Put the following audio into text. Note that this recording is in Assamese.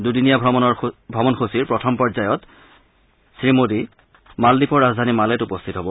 দুদিনীয়া ভ্ৰমণৰ সূচীৰ প্ৰথম পৰ্যায়ত শ্ৰীমোদী মালদ্বীপৰ ৰাজধানী মালেত উপস্থিত হ'ব